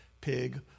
pig